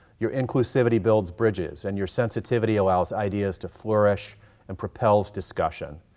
your inclusivity builds bridges and your sensitivity allows ideas to flourish and propels discussion.